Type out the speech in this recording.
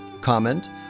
comment